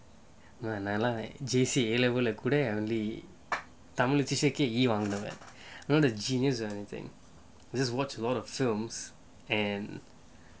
J_C A-level leh E வாங்குனேன்:vankunaen the genius or anything just watch a lot of films and